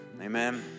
Amen